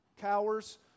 cowers